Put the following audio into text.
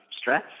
Stress